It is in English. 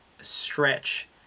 stretch